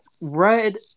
Red